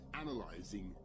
analyzing